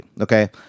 okay